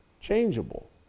changeable